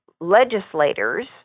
legislators